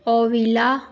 olive